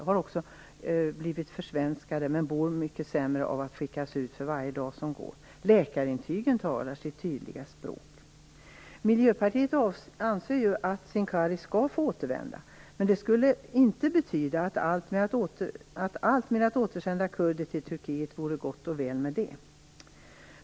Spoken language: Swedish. De har blivit försvenskade och mår mycket sämre av att skickas ut för varje dag som går. Läkarintygen talar sitt tydliga språk. Miljöpartiet anser att Sincari skall få återvända, men det skulle inte betyda att allt med att återsända kurder till Turkiet vore gott och väl.